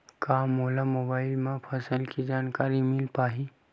का मोला मोबाइल म फसल के जानकारी मिल पढ़ही?